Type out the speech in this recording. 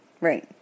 Right